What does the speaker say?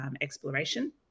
exploration